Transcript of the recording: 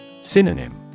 Synonym